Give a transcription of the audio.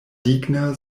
digna